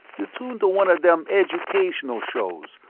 you tune to one of them educational shows,